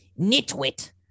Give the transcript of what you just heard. Nitwit